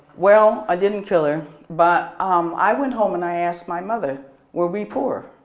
well, i didn't kill her but um i went home and i asked my mother were we poor?